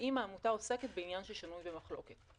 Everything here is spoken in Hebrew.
האם העמותה עוסקת בעניין ששנוי במחלוקת?